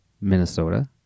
Minnesota